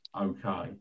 okay